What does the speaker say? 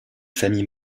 famille